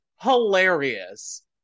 hilarious